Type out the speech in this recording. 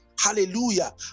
hallelujah